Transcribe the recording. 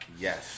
Yes